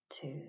two